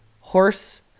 horse